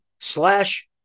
slash